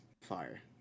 fire